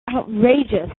outrageous